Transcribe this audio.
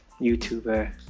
YouTuber